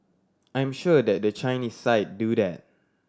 I'm sure that the Chinese side do that